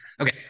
Okay